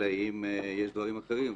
אלא אם יש דברים אחרים,